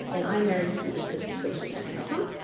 and i marry steve because he's so super handsome.